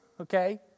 okay